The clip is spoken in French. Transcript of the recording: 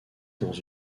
dans